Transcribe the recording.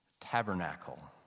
tabernacle